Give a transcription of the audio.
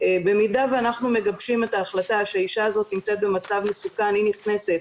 במידה שאנחנו מגבשים את ההחלטה שהאישה הזאת נמצאת במצב מסוכן היא נכנסת